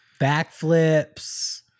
Backflips